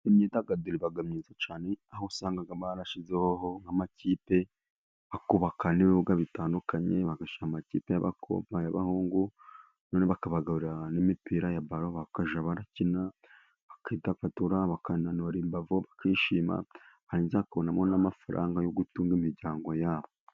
Imyidagaduro iba myiza cyane, aho usanga barashyizeho amakipe bakubaka n'ibibuga bitandukanye, bagashyira amakipe y'abakobwa n'abahungu, none bakabagurira n'imipira ya baro, bakajya barakina, bakidagadura, bakananura imbavu, bakishima, barangiza, bakabonamo n'amafaranga yo gutunga imiryango yabo.